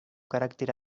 carácter